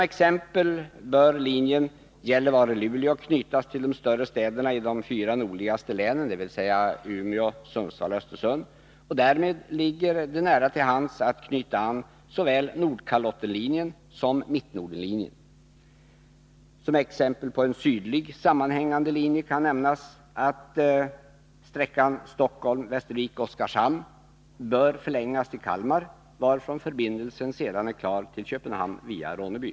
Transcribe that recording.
Exempelvis bör linjen Gällivare-Luleå knytas till de större städerna i de fyra nordligaste länen, dvs. Umeå, Sundsvall och Östersund. Därmed ligger det nära till hands att knyta an till såväl Nordkalottenlinjen som Mittnordenlinjen. Som exempel på en sydlig sammanhängande linje kan nämnas att sträckan Stockholm-Västervik-Os karshamn bör förlängas till Kalmar, varifrån förbindelsen sedan är klar till Köpenhamn via Ronneby.